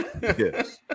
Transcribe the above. Yes